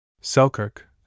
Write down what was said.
Selkirk